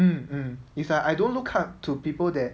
mm mm it's like I don't look up to people that